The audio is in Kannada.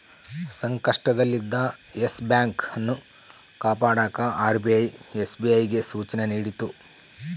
ಸಂಕಷ್ಟದಲ್ಲಿದ್ದ ಯೆಸ್ ಬ್ಯಾಂಕ್ ಅನ್ನು ಕಾಪಾಡಕ ಆರ್.ಬಿ.ಐ ಎಸ್.ಬಿ.ಐಗೆ ಸೂಚನೆ ನೀಡಿತು